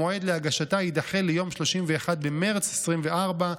המועד להגשתה יידחה ליום 31 במרץ 2024,